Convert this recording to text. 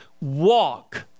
Walk